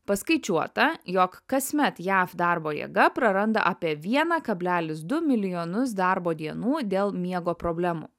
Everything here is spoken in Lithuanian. paskaičiuota jog kasmet jav darbo jėga praranda apie vieną kablelis du milijonus darbo dienų dėl miego problemų